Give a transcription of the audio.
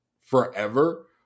forever